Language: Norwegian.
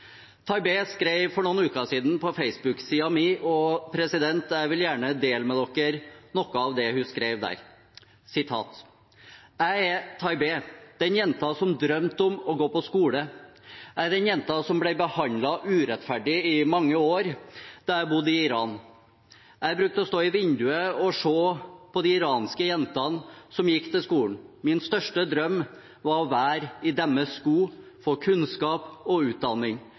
skrev for noen uker siden på Facebook-siden min, og jeg vil gjerne dele med dere noe av det hun skrev der: «Jeg er Taibeh, den jenta som drømte om å gå på skole. Jeg er den jenta som ble behandla urettferdig i mange år da jeg bodde i Iran. Jeg brukte å stå i vinduet og se på de iranske jentene som gikk til skolen. Min største drøm var å være i deres sko, få kunnskap og utdanning.